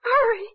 Hurry